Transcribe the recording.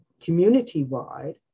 community-wide